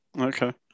Okay